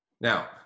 Now